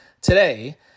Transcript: today